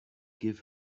give